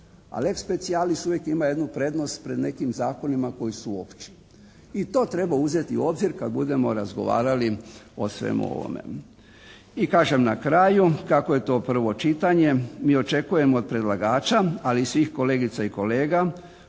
lex specialis uvijek ima jednu prednost pred nekim zakonima koji su opći i to treba uzeti u obzir kad budemo razgovarali o svemu ovome. I kažem na kraju kako je to prvo čitanje. Mi očekujemo od predlagača, ali i svih kolegica i kolega